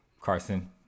Carson